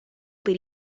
per